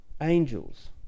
Angels